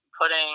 putting